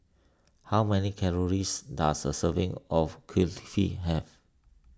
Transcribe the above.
how many calories does a serving of Kulfi have